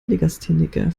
legastheniker